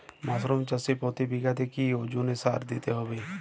Mushroom চাষে প্রতি বিঘাতে কি ওজনে সার দিতে হবে?